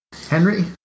Henry